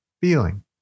Feeling